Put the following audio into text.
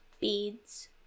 Beads